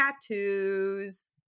tattoos